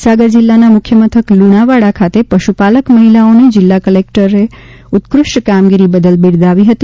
મહિસાગર જિલ્લાના મુખ્યમથક લુણાવાડા ખાતે પશુપાલક મહિલાઓને જિલ્લા કલેક્ટર શ્રી બારેડ ઉત્કૃષ્ઠ કામગારી બદલ બિરદાવી હતી